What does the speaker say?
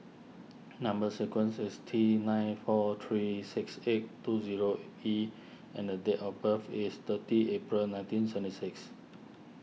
Number Sequence is T nine four three six eight two zero E and date of birth is thirty April nineteen senti six